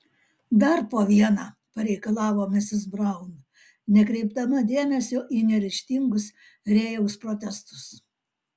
dar po vieną pareikalavo misis braun nekreipdama dėmesio į neryžtingus rėjaus protestus